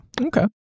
okay